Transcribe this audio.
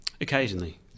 Occasionally